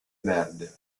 verde